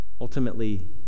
ultimately